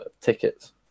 tickets